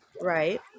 Right